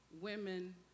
women